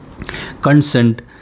Consent